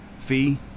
Fee